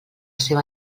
seva